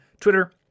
Twitter